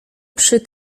przy